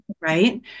right